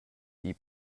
die